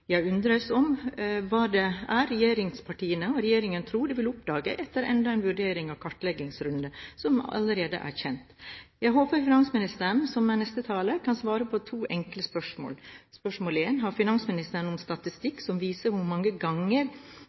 Jeg undres over hva det er regjeringspartiene og regjeringen tror de vil oppdage etter enda en vurderings- og kartleggingsrunde som ikke allerede er kjent. Jeg håper finansministeren, som er neste taler, kan svare på to enkle spørsmål. Spørsmål 1 er: Har finansministeren noen statistikk som viser hvor mange ganger